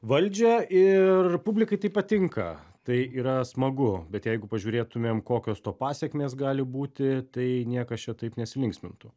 valdžią ir publikai tai patinka tai yra smagu bet jeigu pažiūrėtumėm kokios to pasekmės gali būti tai niekas čia taip nesilinksmintų